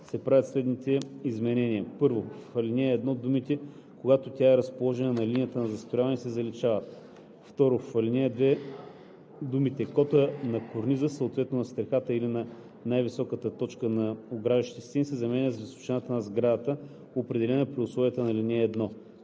се правят следните изменения: 1. В ал. 1 думите „когато тя е разположена на линията на застрояване“ се заличават. 2. В ал. 2 думите „котата на корниза, съответно на стрехата или на най-високата точка на ограждащите стени“ се заменят с „височината на сградата, определена при условията на ал. 1“.